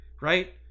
right